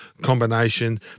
combination